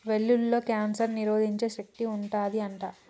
వెల్లుల్లిలో కాన్సర్ ని నిరోధించే శక్తి వుంటది అంట